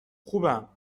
خوبم